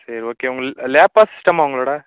சரி ஓகே உங்கள் லேப்பா சிஸ்டம்மா உங்களோடது